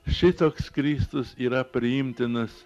šitoks kristus yra priimtinas